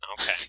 Okay